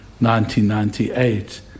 1998